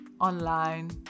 online